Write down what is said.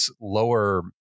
lower